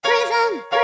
Prison